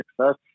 success